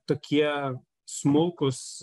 tokie smulkūs